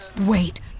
wait